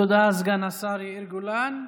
תודה, סגן השר יאיר גולן.